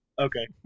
Okay